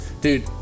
Dude